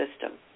system